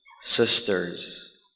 sisters